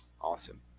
Awesome